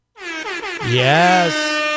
Yes